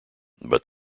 but